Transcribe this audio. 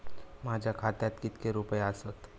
माझ्या खात्यात कितके रुपये आसत?